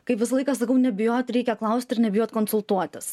kaip visą laiką sakau nebijot reikia klaust ir nebijot konsultuotis